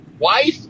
Wife